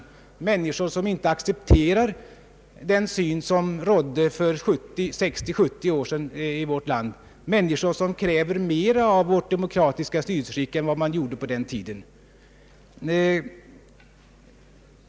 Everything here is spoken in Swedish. Det är människor som inte accepterar den syn som rådde för 60—70 år sedan i vårt land. De kräver mer av vårt demokratiska styrelseskick än man gjorde på den tiden.